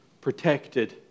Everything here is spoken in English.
protected